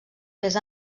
més